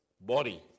body